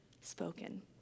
spoken